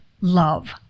love